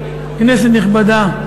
כנסת נכבדה,